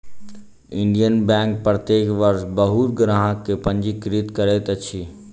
Indian bank प्रत्येक वर्ष बहुत ग्राहक के पंजीकृत करैत अछि